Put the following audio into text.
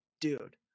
dude